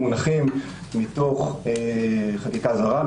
מונחים מתוך חקיקה זרה,